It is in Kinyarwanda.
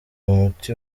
umuti